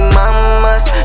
mama's